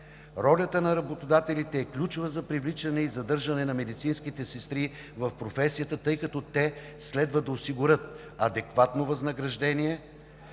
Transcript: Ролята на работодателите е ключова за привличане и задържане на медицинските сестри в професията, тъй като те следва да осигурят: адекватно възнаграждение